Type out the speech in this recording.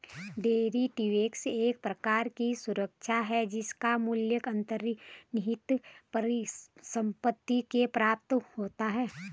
derivatives एक प्रकार की सुरक्षा है जिसका मूल्य अंतर्निहित परिसंपत्ति से प्राप्त होता है